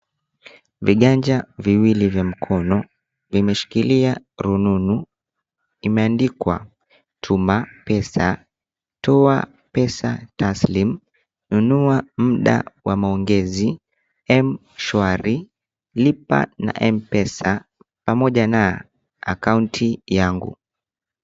Viganja viwili vya mkono, vimeshikilia rununu, imeandikwa tuma pesa, toa pesa taslim, nunua mda wa maongezi, mshwari, lipa na mpesa pamoja na akaunti yangu.